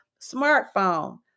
smartphone